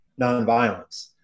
nonviolence